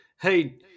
hey